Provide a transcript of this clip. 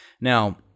Now